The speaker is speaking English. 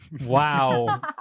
Wow